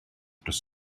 dros